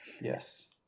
yes